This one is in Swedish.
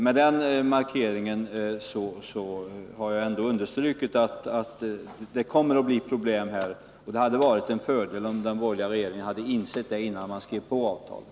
Med den markeringen har jag understrukit att det kommer att bli problem här. Det hade varit en fördel om den borgerliga regeringen insett det innan man skrev på avtalet.